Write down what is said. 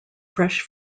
fresh